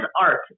art